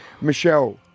Michelle